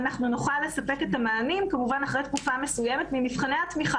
אנחנו נוכל לספק את המענים אחרי תקופה מסוימת ממבחני התמיכה.